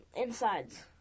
Insides